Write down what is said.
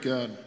God